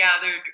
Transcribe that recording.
gathered